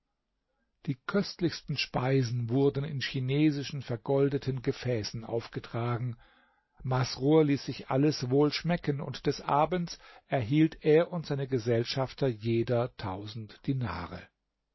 die köstlichsten speisen wurden in chinesischen vergoldeten gefäßen aufgetragen masrur ließ sich alles wohl schmecken und des abends erhielt er und seine gesellschafter jeder tausend dinare